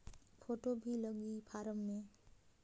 Photo भी लगी form मे?